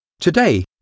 Today